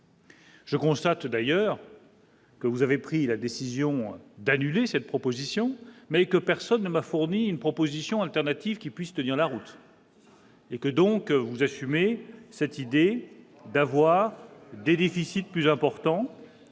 Je constate d'ailleurs. Que vous avez pris la décision d'annuler cette proposition mais que personne ne m'a fourni une proposition alternative qui puisse tenir la route. Et que donc vous assumez cette idée d'avoir des déficits plus importants